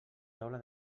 taula